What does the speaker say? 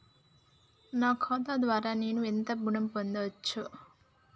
నా ఖాతా ద్వారా నేను ఎంత ఋణం పొందచ్చు?